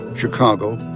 chicago,